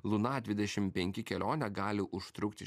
luna dvidešim penki kelionę gali užtrukti